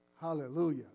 Hallelujah